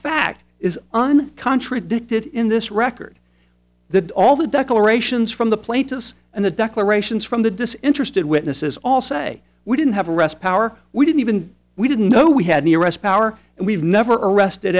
fact is on contradicted in this record that all the declarations from the plaintiffs and the declarations from the disinterested witnesses all say we didn't have wrest power we didn't even we didn't know we had the arrest power and we've never arrested